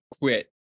quit